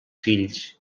fills